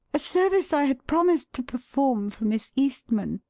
a service i had promised to perform for miss eastman.